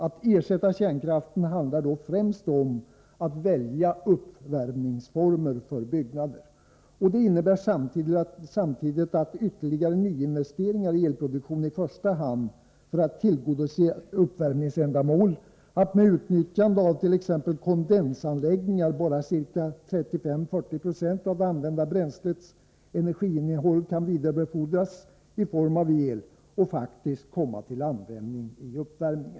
Att ersätta kärnkraften handlar då främst om att välja uppvärmningsform för byggnader. Det innebär samtidigt att av ytterligare nyinvesteringar i elproduktion —i första hand för att tillgodose uppvärmningsändamål med utnyttjande av t.ex. kondensanläggningar — bara ca 35-40 96 av det använda bränslets energiinnehåll kan vidarebefordras i form av el och faktiskt komma till användning i uppvärmning.